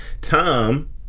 Tom